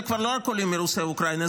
זה כבר לא רק עולים מרוסיה ואוקראינה,